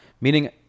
Meaning